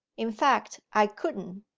in fact, i couldn't.